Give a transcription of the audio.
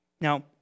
Now